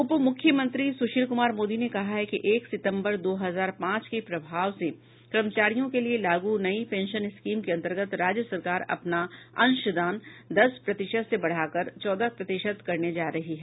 उप मुख्यमंत्री सुशील कुमार मोदी ने कहा है कि एक सितंबर दो हजार पांच के प्रभाव से कर्मचारियों के लिए लागू नयी पेंशन स्कीम के अन्तर्गत राज्य सरकार अपना अंशदान दस प्रतिशत से बढ़ा कर चौदह प्रतिशत करने जा रही है